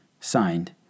signed